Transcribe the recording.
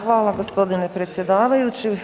Hvala gospodine predsjedavajući.